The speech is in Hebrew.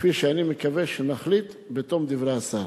כפי שאני מקווה שנחליט בתום דברי השר.